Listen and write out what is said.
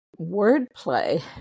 wordplay